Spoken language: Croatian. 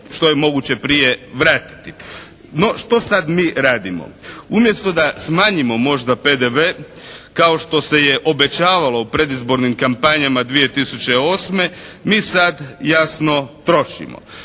što je moguće prije vratiti. No, što sad mi radimo? Umjesto da smanjimo možda PDV kao što se obećavalo u predizbornim kampanjama 2008. mi sada jasno trošimo.